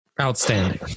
outstanding